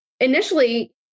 Initially